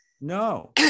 No